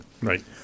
Right